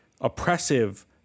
oppressive